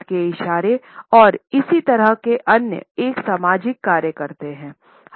हाथ के इशारेऔर इसी तरह के अन्य एक सामाजिक कार्य करते हैं